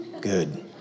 good